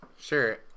Sure